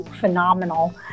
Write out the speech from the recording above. phenomenal